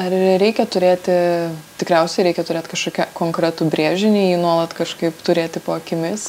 ar reikia turėti tikriausiai reikia turėt kažkokį konkretų brėžinį jį nuolat kažkaip turėti po akimis